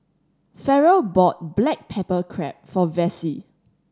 Farrell bought black pepper crab for Vessie